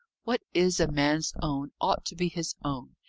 what is a man's own, ought to be his own.